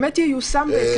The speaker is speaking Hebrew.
כדי שזה באמת ייושם בהקדם,